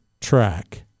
track